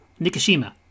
Nikishima